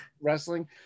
wrestling